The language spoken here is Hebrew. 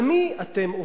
על מי אתם עובדים?